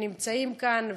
שנמצאים כאן.